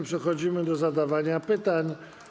Przechodzimy do zadawania pytań.